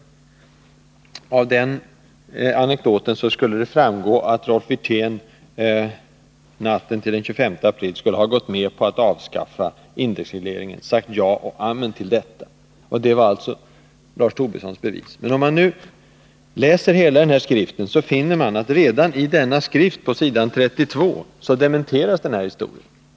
Enligt den anekdoten skulle det ha varit så, att Rolf Wirtén natten till den 25 april hade gått med på att avskaffa indexregleringen — att han sagt ja och amen till detta. Det var alltså Lars Tobissons bevisföring i den här frågan. Men om man nu läser denna skrift, så finner man på s. 32 att det som sades i anekdoten dementeras.